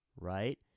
right